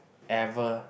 ever